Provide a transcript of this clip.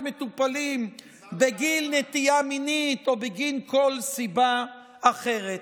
מטופלים בגין נטייה מינית או בגין כל סיבה אחרת.